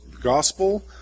gospel